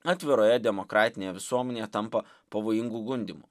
atviroje demokratinėje visuomenėje tampa pavojingu gundymu